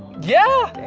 yeah!